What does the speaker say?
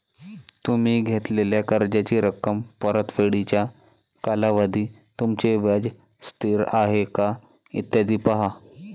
तुम्ही घेतलेल्या कर्जाची रक्कम, परतफेडीचा कालावधी, तुमचे व्याज स्थिर आहे का, इत्यादी पहा